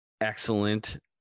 excellent